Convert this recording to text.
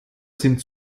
sind